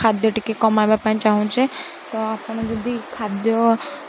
ଖାଦ୍ୟ ଟିକିଏ କମାଇବା ପାଇଁ ଚାହୁଁଛି ତ ଆପଣ ଯଦି ଖାଦ୍ୟ